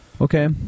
Okay